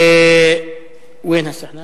הצבעה.